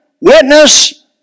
witness